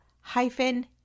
hyphen